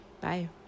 Bye